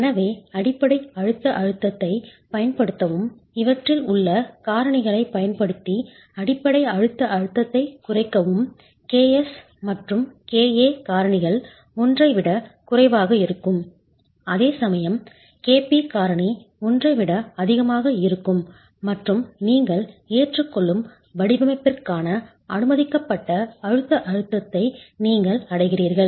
எனவே அடிப்படை அழுத்த அழுத்தத்தைப் பயன்படுத்தவும் இவற்றில் உள்ள காரணிகளைப் பயன்படுத்தி அடிப்படை அழுத்த அழுத்தத்தைக் குறைக்கவும் ks மற்றும் ka காரணிகள் 1 ஐ விட குறைவாக இருக்கும் அதேசமயம் kp காரணி 1 ஐ விட அதிகமாக இருக்கும் மற்றும் நீங்கள் ஏற்றுக்கொள்ளும் வடிவமைப்பிற்கான அனுமதிக்கப்பட்ட அழுத்த அழுத்தத்தை நீங்கள் அடைகிறீர்கள்